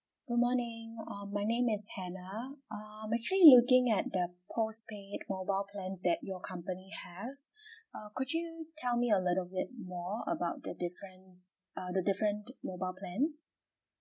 good morning uh my name is hannah I'm actually looking at the postpaid mobile plans that your company has uh could you tell me a little bit more about the difference uh the different mobile plans